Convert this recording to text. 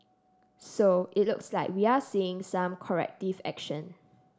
so it looks like we are seeing some corrective action